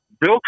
Bill